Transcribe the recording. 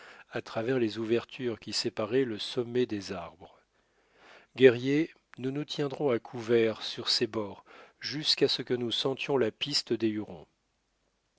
à travers les ouvertures qui séparaient le sommet des arbres guerriers nous nous tiendrons à couvert sur ses bords jusqu'à ce que nous sentions la piste des